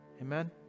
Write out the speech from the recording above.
Amen